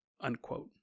Unquote